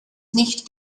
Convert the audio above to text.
nicht